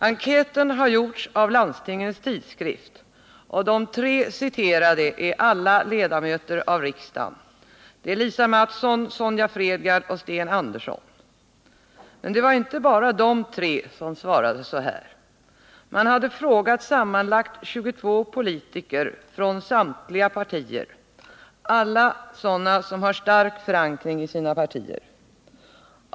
Enkäten har gjorts av Landstingens Tidskrift, och de tre citerade är alla ledamöter av riksdagen: Lisa Mattson, Sonja Fredgardh, Sten Andersson. Men det var inte bara de som svarade så här. Man hade frågat sammanlagt 22 politiker från samtliga partier och alla med stark förankring i sina partier.